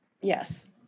yes